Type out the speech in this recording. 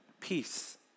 peace